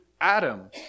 Adam